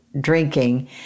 drinking